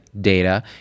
data